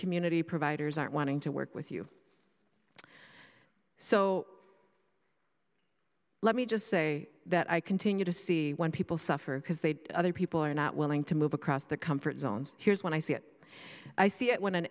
community providers aren't wanting to work with you so let me just say that i continue to see when people suffer because they other people are not willing to move across the comfort zones here's when i see it i see it when an